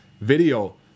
video